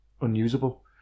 unusable